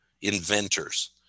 inventors